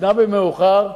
ניתנה במאוחר,